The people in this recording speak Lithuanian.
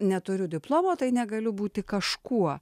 neturiu diplomo tai negaliu būti kažkuo